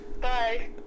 Bye